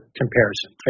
comparison